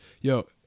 Yo